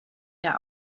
der